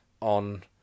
on